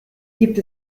gibt